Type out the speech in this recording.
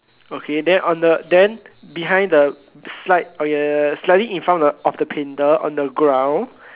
okay then on the then behind the slide slightly in front of the painter on the ground